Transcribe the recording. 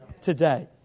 today